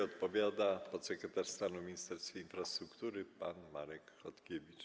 Odpowiada podsekretarz stanu w Ministerstwie Infrastruktury pan Marek Chodkiewicz.